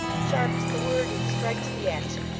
sharp's the word, and strike's the action.